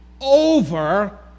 over